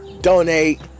donate